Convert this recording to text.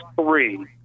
three